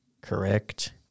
correct